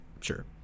sure